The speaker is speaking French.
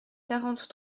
quarante